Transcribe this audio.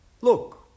Look